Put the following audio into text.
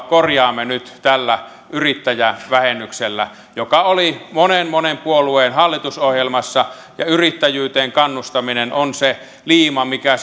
korjaamme nyt tällä yrittäjävähennyksellä joka oli monen monen puolueen hallitusohjelmassa yrittäjyyteen kannustaminen on se liima mikä